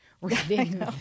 reading